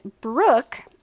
Brooke